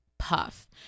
Puff